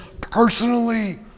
personally